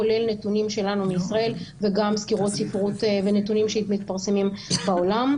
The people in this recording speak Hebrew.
כולל נתונים שלנו מישראל וגם סקירות ספרות ונתונים שמתפרסמים בעולם.